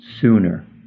sooner